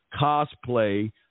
cosplay